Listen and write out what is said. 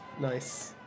Nice